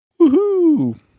Woohoo